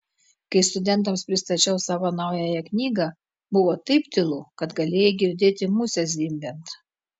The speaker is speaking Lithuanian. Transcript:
kai studentams pristačiau savo naująją knygą buvo taip tylu kad galėjai girdėti musę zvimbiant